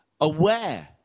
aware